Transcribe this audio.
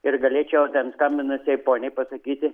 ir galėčiau ten skambinusiai poniai pasakyti